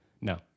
No